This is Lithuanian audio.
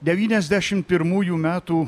devyniasdešim pirmųjų metų